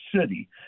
City